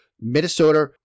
Minnesota